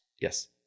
Yes